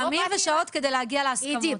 ימים ושעות כדי להגיע להסכמות.